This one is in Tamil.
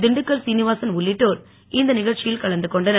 திண்டுக்கல் சீனிவாசன் உள்ளிட்டோர் இந்த நிகழ்ச்சியில் கலந்து கொண்டனர்